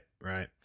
right